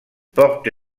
porte